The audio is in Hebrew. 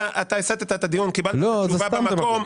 אתה הסטת את הדיון וקיבלת תשובה במקום.